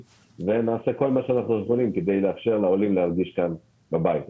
ונעשה כל מה שאנחנו יכולים כדי לאפשר לעולים להרגיש כאן בבית.